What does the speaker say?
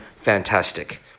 fantastic